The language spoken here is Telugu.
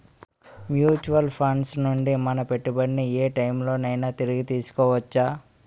మ్యూచువల్ ఫండ్స్ నుండి మన పెట్టుబడిని ఏ టైం లోనైనా తిరిగి తీసుకోవచ్చా?